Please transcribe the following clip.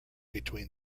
between